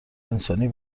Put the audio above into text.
انسانی